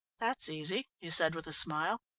that's easy, he said with a smile.